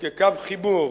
וכקו חיבור